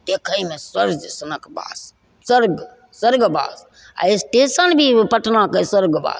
देखैमे स्वर्ग सनके वास स्वर्ग स्वर्गवास आओर स्टेशन भी पटनाके स्वर्गवास